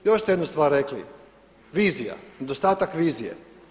Još ste jednu stvar rekli – vizija, nedostatak vizije.